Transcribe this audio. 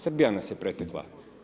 Srbija nas je pretekla.